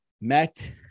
Met